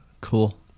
Cool